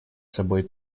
собой